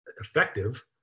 effective